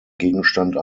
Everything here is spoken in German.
gegenstand